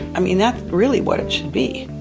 i mean, that's really what it should be.